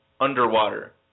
Underwater